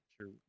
sure